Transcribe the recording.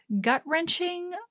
gut-wrenching